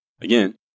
Again